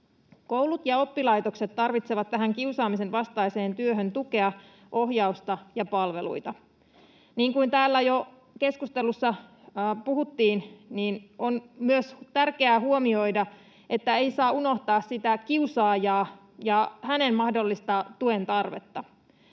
Koulut ja oppilaitokset tarvitsevat tähän kiusaamisen vastaiseen työhön tukea, ohjausta ja palveluita. Niin kuin täällä jo keskustelussa puhuttiin, on myös tärkeää huomioida, että ei saa unohtaa kiusaajaa ja hänen mahdollista tuentarvettaan.